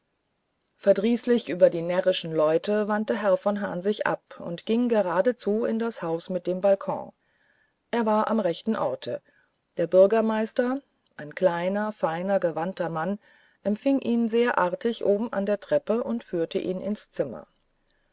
verdrießlich über die närrischen leute wandte herr von hahn sich ab und ging geradezu in das haus mit dem balkon er war am rechten orte der bürgermeister ein kleiner feiner gewandter mann empfing ihn sehr artig oben an der treppe und führte ihn ins zimmer